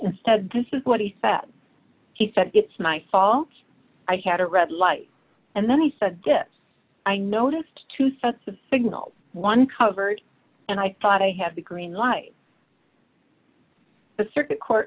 said this is what he said he said it's my fault i had a red light and then he said i noticed two sets of signals one covered and i thought i had the green light the circuit court